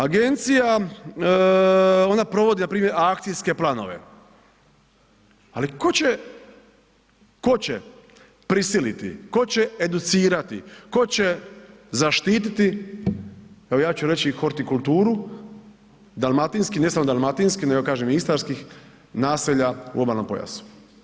Agencija ona provodi npr. akcijske planove, ali tko će, tko će prisiliti, tko će educirati, tko će zaštititi evo ja ću reći hortikulturu dalmatinskih, ne samo dalmatinskih nego kažem i istarskih naselja u obalnom pojasu?